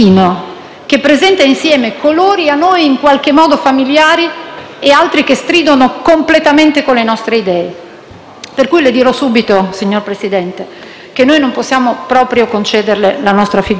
che presenta insieme colori a noi in qualche modo familiari e altri che stridono completamente con le nostre idee; per cui le dirò subito, signor Presidente, che noi non possiamo proprio concederle la nostra fiducia.